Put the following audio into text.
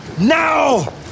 Now